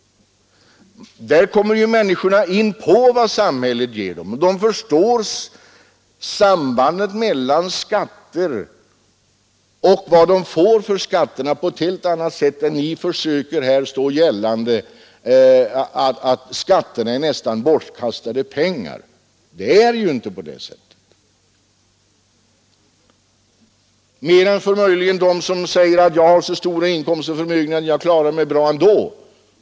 Där kommer ju människorna inpå vad samhället ger dem, och de förstår sambandet mellan skatter och vad de får för skatterna på ett helt annat sätt än ni försöker göra gällande, då ni säger att skatterna är tan bortkastade pengar. Det är ju inte på det sättet — annat än möjligen för den som säger: Jag har så stora inkomster och så stor förmögenhet att jag klarar mig bra ändå.